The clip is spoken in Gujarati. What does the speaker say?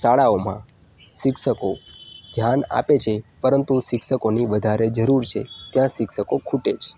શાળાઓમાં શિક્ષકો ધ્યાન આપે છે પરંતુ શિક્ષકોની વધારે જરૂર છે ત્યાં શિક્ષકો ખૂટે છે